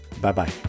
Bye-bye